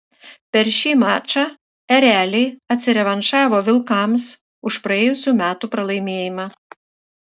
per šį mačą ereliai atsirevanšavo vilkams už praėjusių metų pralaimėjimą